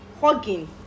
hugging